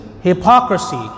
hypocrisy